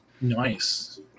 Nice